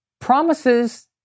Promises